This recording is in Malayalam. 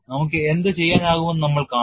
നമുക്ക് എന്ത് ചെയ്യാനാകുമെന്ന് നമ്മൾ കാണും